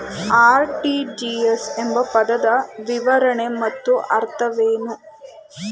RTGS ಎಂಬ ಪದದ ವಿವರಣೆ ಮತ್ತು ಅರ್ಥವೇನು?